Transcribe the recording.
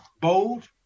bold